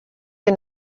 and